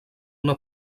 una